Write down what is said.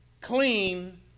clean